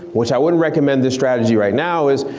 which i wouldn't recommend this strategy right now is,